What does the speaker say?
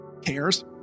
cares